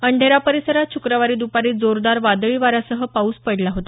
अंढेरा परिसरात शुक्रवारी दुपारी जोरदार वादळी वाऱ्यासह पाऊस पडला होता